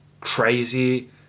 crazy